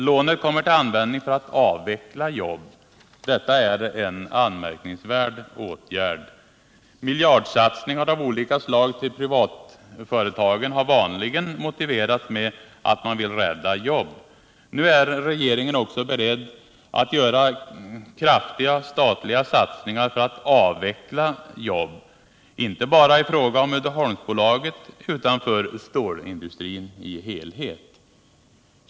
Lånet kommer till användning för att avveckla jobb. Detta är en anmärkningsvärd åtgärd. Miljardsatsningar av olika slag till privatföretagen har vanligen motiverats med att man vill rädda jobb. Nu är regeringen också beredd att göra kraftiga statliga satsningar för att avveckla jobb, inte bara i fråga om Uddeholmsbolaget utan för stålindustrin i dess helhet.